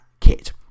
kit